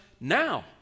now